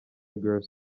girls